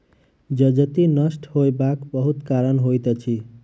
जजति नष्ट होयबाक बहुत कारण होइत अछि